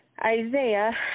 Isaiah